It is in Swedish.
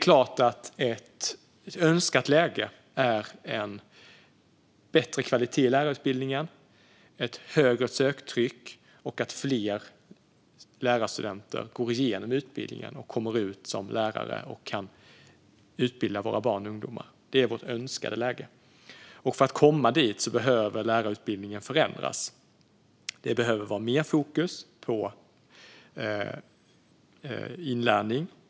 Ett önskat läge är en bättre kvalitet i lärarutbildningen, ett högre söktryck och att fler lärarstudenter går igenom utbildningen, kommer ut som lärare och kan utbilda våra barn och ungdomar. Det är vårt önskade läge, och för att komma dit behöver lärarutbildningen förändras. Det behöver vara mer fokus på inlärning.